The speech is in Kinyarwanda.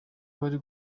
bari